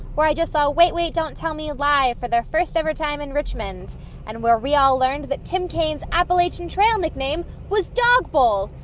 where i just saw wait wait. don't tell me! live for their first-ever time in richmond and where we all learned that tim kaine's appalachian trail nickname was dog bowl,